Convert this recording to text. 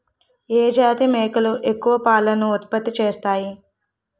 ఏ జాతి మేకలు ఎక్కువ పాలను ఉత్పత్తి చేస్తాయి?